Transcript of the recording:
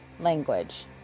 language